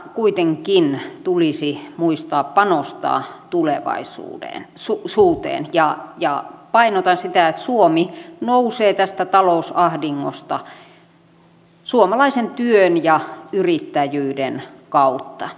samalla kuitenkin tulisi muistaa panostaa tulevaisuuteen ja painotan sitä että suomi nousee tästä talousahdingosta suomalaisen työn ja yrittäjyyden kautta